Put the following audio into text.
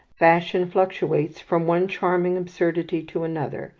fashion fluctuates from one charming absurdity to another,